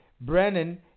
Brennan